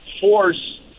force